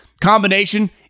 combination